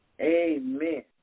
Amen